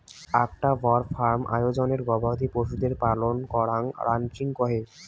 আকটা বড় ফার্ম আয়োজনে গবাদি পশুদের পালন করাঙ রানচিং কহে